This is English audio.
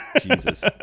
jesus